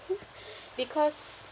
because